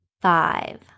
five